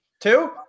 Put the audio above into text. Two